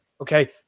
Okay